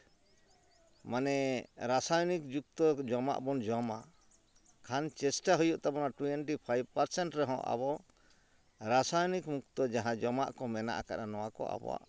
ᱢᱟᱱᱮ ᱨᱟᱥᱟᱭᱚᱱᱤᱠ ᱡᱩᱠᱛᱚ ᱡᱚᱢᱟᱜ ᱵᱚᱱ ᱡᱚᱢᱟ ᱠᱷᱟᱱ ᱪᱮᱥᱴᱟ ᱦᱩᱭᱩᱜ ᱛᱟᱵᱚᱱᱟ ᱴᱩᱭᱮᱱᱴᱤ ᱯᱷᱟᱭᱤᱵᱽ ᱯᱟᱨᱥᱮᱱ ᱨᱮᱦᱚᱸ ᱟᱵᱚ ᱨᱟᱥᱟᱭᱚᱱᱤᱠ ᱢᱩᱠᱛᱚ ᱡᱟᱦᱟᱸ ᱡᱚᱢᱟᱜ ᱠᱚ ᱢᱮᱱᱟᱜ ᱟᱠᱟᱫᱼᱟ ᱱᱚᱣᱟ ᱠᱚ ᱟᱵᱚᱣᱟᱜ